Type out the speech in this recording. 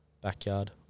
backyard